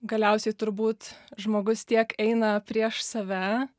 galiausiai turbūt žmogus tiek eina prieš save